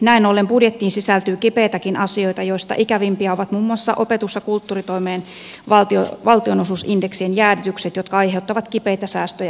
näin ollen budjettiin sisältyy kipeitäkin asioita joista ikävimpiä ovat muun muassa opetus ja kulttuuritoimen valtionosuusindeksien jäädytykset jotka aiheuttavat kipeitä säästöjä kunnissa